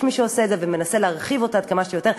יש מי שעושה את זה ומנסה להרחיב אותה עד כמה שיותר,